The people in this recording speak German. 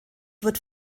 wird